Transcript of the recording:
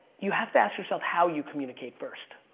you have to ask yourself how you communicate first.